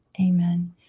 Amen